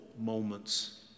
moments